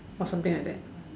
or something like that